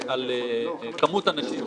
וגם לא כמפרנסת יחידה,